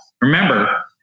Remember